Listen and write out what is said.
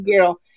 girl